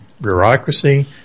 bureaucracy